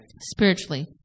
spiritually